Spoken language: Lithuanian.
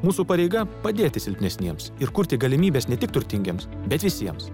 mūsų pareiga padėti silpnesniems ir kurti galimybes ne tik turtingiems bet visiems